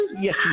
Yes